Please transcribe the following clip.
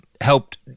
helped